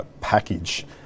package